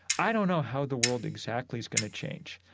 i don't know how the world exactly is going to change.